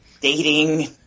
dating